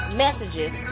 messages